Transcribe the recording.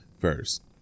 first